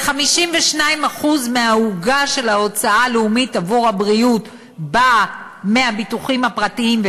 ו-52% מהעוגה של ההוצאה הלאומית עבור הבריאות באה מהביטוחים הפרטיים,